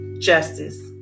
Justice